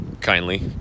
kindly